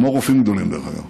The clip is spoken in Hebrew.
כמו רופאים גדולים, דרך אגב.